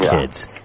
Kids